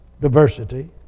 diversity